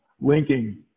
linking